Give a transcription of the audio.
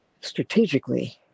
strategically